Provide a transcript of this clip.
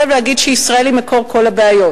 ולהגיד שישראל היא מקור כל הבעיות.